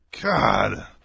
God